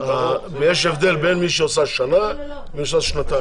יש הבדל בין מי שעושה שנה לבין מי שעושה שנתיים.